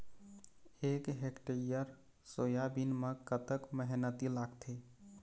एक hectare soybean म कतक मेहनती लागथे?